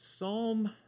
psalm